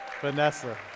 Vanessa